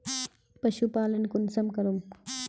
पशुपालन कुंसम करूम?